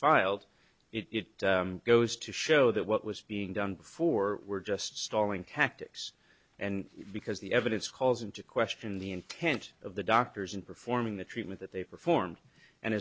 filed it goes to show that what was being done before were just stalling tactics and because the evidence calls into question the intent of the doctors in performing the treatment that they performed and